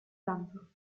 lampe